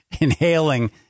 inhaling